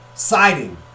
Siding